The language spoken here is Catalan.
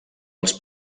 els